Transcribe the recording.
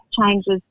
changes